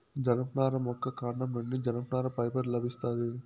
జనపనార మొక్క కాండం నుండి జనపనార ఫైబర్ లభిస్తాది